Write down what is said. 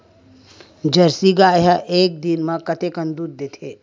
Jersey गाय ह एक दिन म कतेकन दूध देथे?